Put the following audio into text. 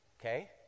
Okay